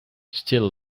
still